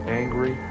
angry